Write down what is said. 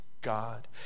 God